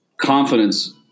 confidence